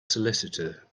solicitor